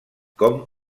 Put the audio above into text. com